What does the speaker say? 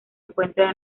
encuentra